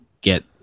get